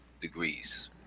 degrees